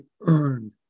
earned